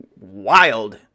wild